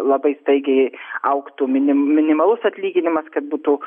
labai staigiai augtų minim minimalus atlyginimas kad būtų